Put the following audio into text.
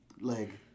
leg